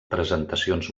presentacions